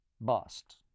Bust